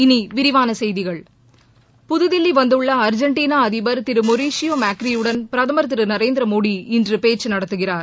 இனி விரிவான செய்திகள் புதுதில்லி வந்துள்ள அர்ஜெண்டினா அதிபர் திரு மெரிஷியோ மாக்ரியுடன் பிரதமர் திரு நரேந்திரமோடி இன்று பேச்சு நடத்துகிறார்